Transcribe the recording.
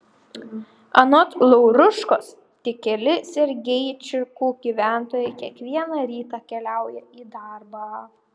anot lauruškos tik keli sergeičikų gyventojai kiekvieną rytą keliauja į darbą